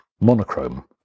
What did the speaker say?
monochrome